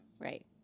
Right